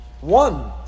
one